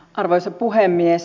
arvoisa puhemies